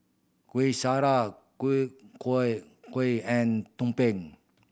Kuih Syara kuih kuih kuih and tumpeng